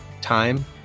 time